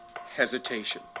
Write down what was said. hesitation